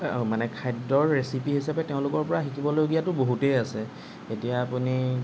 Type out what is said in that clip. মানে খাদ্যৰ ৰেচিপি হিচাপে তেওঁলোকৰ পৰা শিকিবলগীয়াটো বহুতেই আছে এতিয়া আপুনি